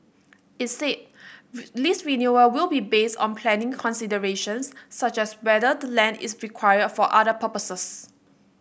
it said lease renewal will be based on planning considerations such as whether the land is required for other purposes